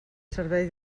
servei